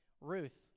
Ruth